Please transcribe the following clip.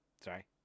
Sorry